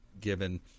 given